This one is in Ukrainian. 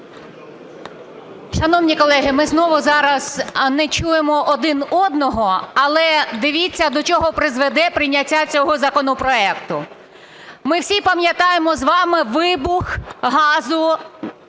Шановні колеги! Ми знову зараз не чуємо один одного, але дивіться, до чого призведе прийняття цього законопроекту. Ми всі пам'ятаємо з вами вибух газу